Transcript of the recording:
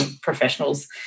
professionals